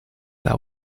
that